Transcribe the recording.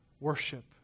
worship